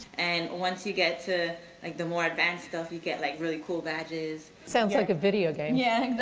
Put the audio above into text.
and once you get to like the more advanced stuff, you get like really cool badges. sounds like a video game. yeah,